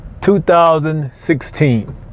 2016